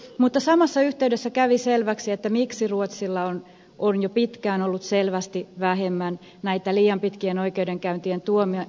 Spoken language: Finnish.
mutta samassa yhteydessä kävi selväksi miksi ruotsilla on jo pitkään ollut selvästi vähemmän näitä liian pitkien oikeudenkäyntien tuomioita eit